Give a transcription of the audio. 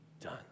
done